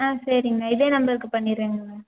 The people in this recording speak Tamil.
ஆ சரிங்ண்ணா இதே நம்பருக்கு பண்ணிடுறிங்களே